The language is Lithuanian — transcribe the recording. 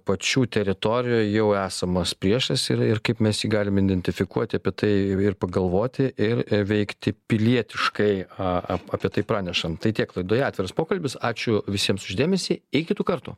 pačių teritorijoj jau esamas priešas ir ir kaip mes jį galim identifikuoti apie tai ir pagalvoti ir veikti pilietiškai a apie tai pranešam tai tiek laidoje atviras pokalbis ačiū visiems už dėmesį iki kitų kartų